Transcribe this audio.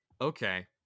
Okay